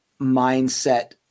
mindset